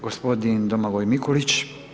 Gospodin Domagoj Mikulić.